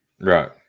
Right